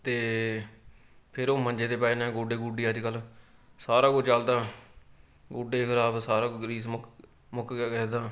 ਅਤੇ ਫਿਰ ਉਹ ਮੰਜੇ 'ਤੇ ਪੈ ਜਾਂਦੇ ਆ ਗੋਡੇ ਗੁਡੇ ਅੱਜ ਕੱਲ੍ਹ ਸਾਰਾ ਕੁਝ ਚੱਲਦਾ ਗੋਡੇ ਖ਼ਰਾਬ ਸਾਰਾ ਗ੍ਰੀਸ ਮੁੱਕ ਮੁੱਕ ਗਿਆ ਕਿਸੇ ਦਾ